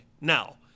Now